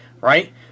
right